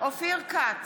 אופיר כץ,